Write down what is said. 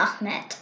Ahmed